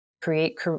create